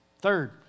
Third